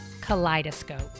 Kaleidoscope